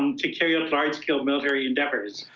and to carryout large-scale military endeavors.